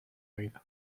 oído